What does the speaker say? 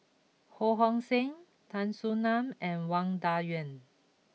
Ho Hong Sing Tan Soo Nan and Wang Dayuan